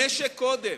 המשק קודם,